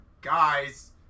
guys